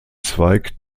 zweig